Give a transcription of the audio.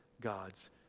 God's